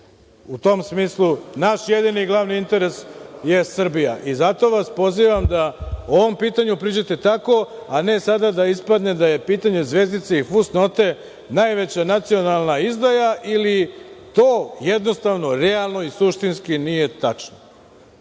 tom smislu, naš jedini glavni interes je Srbija. Zato vas pozivam da ovom pitanju priđete tako, a ne sada da ispadne da je pitanje zvezdice i fusnote, najveća nacionalna izdaja ili to jednostavno realno i suštinski nije tačno.